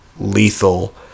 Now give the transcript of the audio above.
lethal